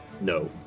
No